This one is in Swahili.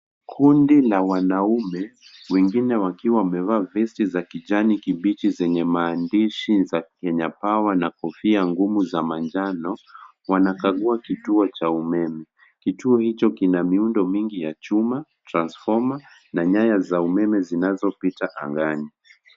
Kundi la wanaume wengine wakiwa wamevaa vesti za kijani kibichi zenye maandishi ya Kenya Power na kofia ngumu za manjano wanakagua kituo cha umeme. Kituo hicho kina miundo mingi ya chuma, transfoma na nyanya za umeme zinazopita angani.